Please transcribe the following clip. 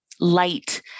light